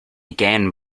again